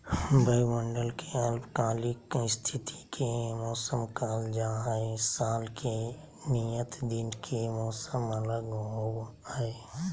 वायुमंडल के अल्पकालिक स्थिति के मौसम कहल जा हई, साल के नियत दिन के मौसम अलग होव हई